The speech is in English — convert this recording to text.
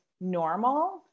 normal